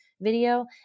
video